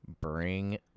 Bring